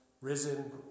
risen